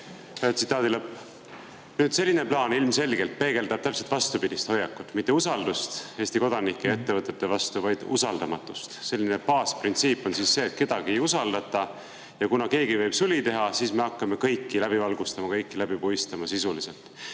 Selline plaan ilmselgelt peegeldab täpselt vastupidist hoiakut: mitte usaldust Eesti kodanike ja ettevõtete vastu, vaid usaldamatust. Baasprintsiip on see, et kedagi ei usaldata. Ja kuna keegi võiks suli teha, siis me hakkame kõiki läbi valgustama, sisuliselt